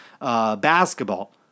basketball